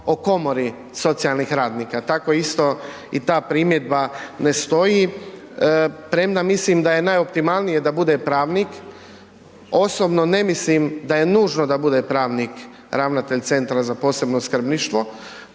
o komori socijalnih radnika, tako isto i ta primjedba ne stoji, premda mislim da je najoptimalnije da bude pravnik. Osobno ne mislim da je nužno da bude pravnik ravnatelj Centra za posebno skrbništvo